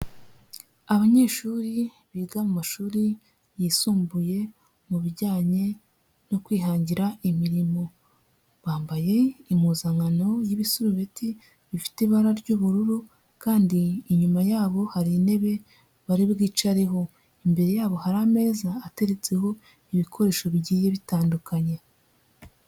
Abanyeshuri biga mu mashuri yisumbuye mu bijyanye no kwihangira imirimo, bambaye impuzankano y'ibisiti bifite ibara ry'ubururu kandi inyuma yabo hari intebe bari bwicareho, imbere yabo hari ameza ateretseho ibikoresho bigiye bitandukanye.